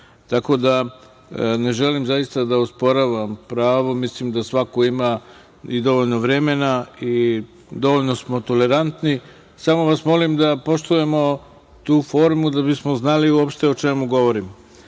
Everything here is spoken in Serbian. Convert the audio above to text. Tako da ne želim zaista da osporavam pravo. Mislim da svako i dovoljno vremena i dovoljno smo tolerantni. Samo vas molim da poštujemo tu formu da bismo znali uopšte o čemu govorimo. Ako